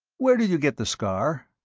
where did you get the scar?